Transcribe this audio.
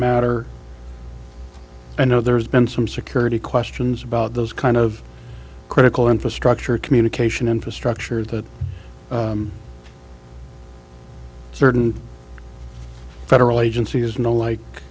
matter i know there's been some security questions about those kind of critical infrastructure communication infrastructure that certain federal agency has no like